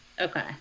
Okay